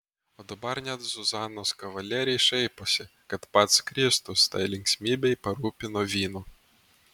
o dabar net zuzanos kavalieriai šaiposi kad pats kristus tai linksmybei parūpino vyno